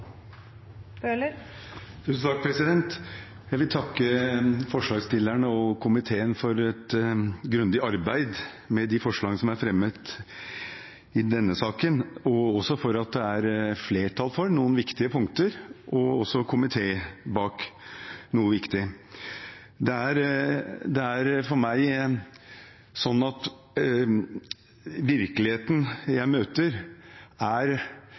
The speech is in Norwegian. Jeg vil takke forslagsstillerne og komiteen for et grundig arbeid med de forslagene som er fremmet i denne saken, og også for at det er flertall for noen viktige punkter, og for at komiteen står bak noe viktig. Det er for meg sånn at virkeligheten jeg møter, er